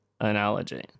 analogy